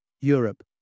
Europe